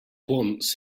once